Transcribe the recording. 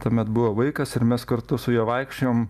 tuomet buvo vaikas ir mes kartu su juo vaikščiojom